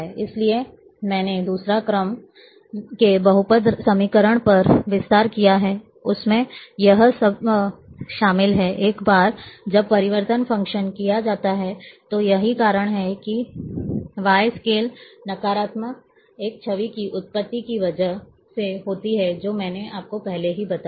इसलिए मैंने दूसरे क्रम के बहुपद समीकरण पर विस्तार किया है उसमें यह सब शामिल है एक बार जब परिवर्तन फ़ंक्शन किया जाता है तो यही कारण है कि वाई स्केल ई नकारात्मक एक छवि की उत्पत्ति की वजह से होती है जो मैंने आपको पहले ही बताई है